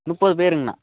முப்பது பேருங்கண்ணா